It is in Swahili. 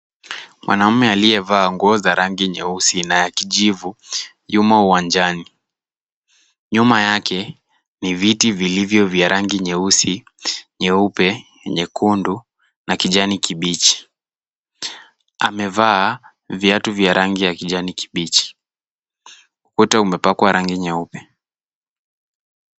Mwanaume aliyevaa nguo za rangi nyeusi na kijivu yumo uwanjani. Nyuma yake ni viti vilivyo vya rangi nyeusi, nyeupe, nyekundu na kijani kibichi. Amevaa viatu vya rangi ya kijani kibichi. Ukuta umepakwa rangi nyeupe.